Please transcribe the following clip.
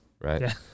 right